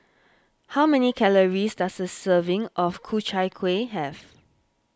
how many calories does a serving of Ku Chai Kueh have